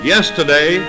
Yesterday